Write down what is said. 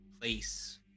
place